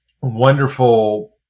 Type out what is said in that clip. wonderful